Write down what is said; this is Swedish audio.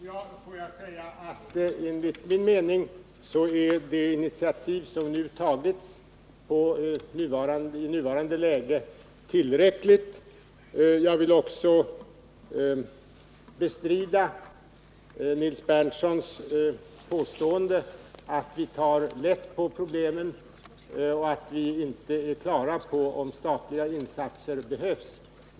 Herr talman! Enligt min mening är det initiativ som nu tagits tillräckligt i nuvarande läge. Jag vill vidare bestrida Nils Berndtsons påstående att regeringen tar lätt på dessa problem och att vi inte är på det klara med om statliga insatser behövs.